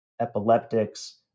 Epileptics